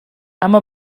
اما